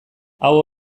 hau